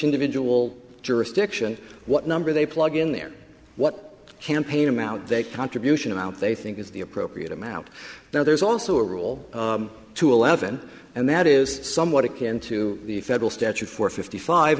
individual jurisdiction what number they play in their what campaign amount they contribution amount they think is the appropriate amount now there's also a rule to eleven and that is somewhat akin to the federal statute four fifty five